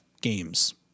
games